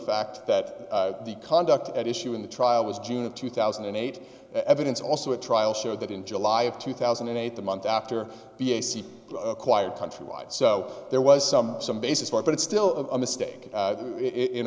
fact that the conduct at issue in the trial was june of two thousand and eight evidence also a trial showed that in july of two thousand and eight the month after acquired countrywide so there was some some basis for but it still of a mistake in